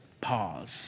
Pause